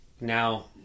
now